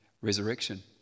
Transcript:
resurrection